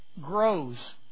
grows